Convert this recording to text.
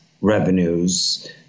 revenues